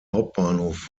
hauptbahnhof